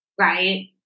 right